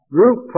Group